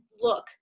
look